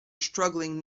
struggling